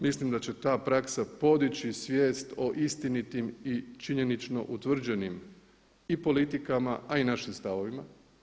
Mislim da će ta praksa podići svijest o istinitim i činjenično utvrđenim i politikama a i našim stavovima.